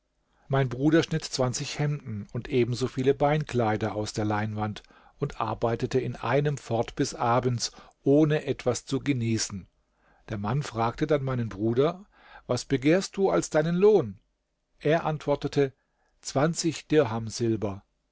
mein bruder schnitt zwanzig hemden und eben so viele beinkleider aus der leinwand und arbeitete in einem fort bis abends ohne etwas zu genießen der mann fragte dann meinen bruder was begehrst du als deinen lohn er antwortete zwanzig dirham silber